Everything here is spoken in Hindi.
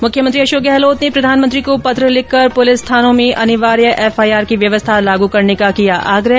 मुख्यमंत्री अशोक गहलोत ने प्रधानमंत्री को पत्र लिखकर पुलिस थानों में अनिवार्य एफआईआर की व्यवस्था लागू करने का किया आग्रह